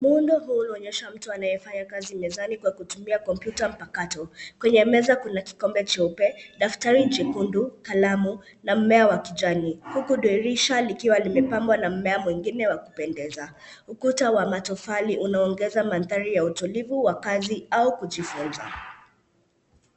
Muundo huu unaonyesha mtu anayekaa mezani kwa kutumia kompyuta mpakato. Kwenye meza kuna kikombe cheupe, daftari jekundu, kalamu, na mmea wa kijani, huku dirisha likiwa limepambwa na mmea mwingine wa kupendeza. Ukuta wa matofali unaongeza mandhari ya utulivu wa kazi au kujifunza.